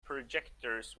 projectors